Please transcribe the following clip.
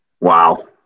Wow